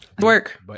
Work